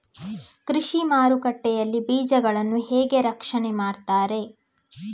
ಕೃಷಿ ಮಾರುಕಟ್ಟೆ ಯಲ್ಲಿ ಬೀಜಗಳನ್ನು ಹೇಗೆ ರಕ್ಷಣೆ ಮಾಡ್ತಾರೆ?